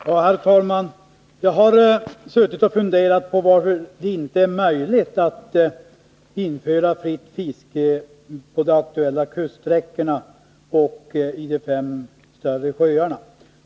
Herr talman! Jag har suttit och funderat över varför det inte är möjligt att införa fritt fiske på de aktuella kuststräckorna och i fem av våra större sjöar.